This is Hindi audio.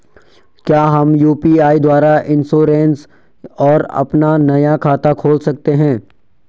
क्या हम यु.पी.आई द्वारा इन्श्योरेंस और अपना नया खाता खोल सकते हैं?